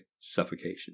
suffocation